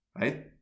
right